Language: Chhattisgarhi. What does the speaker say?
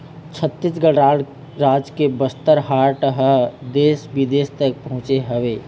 छत्तीसगढ़ राज के बस्तर आर्ट ह देश बिदेश तक पहुँचे हवय